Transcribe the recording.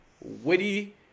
Witty